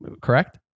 correct